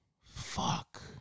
fuck